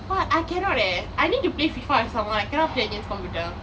!wah! I cannot leh I need to play FIFA against someone I cannot play against computer